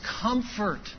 comfort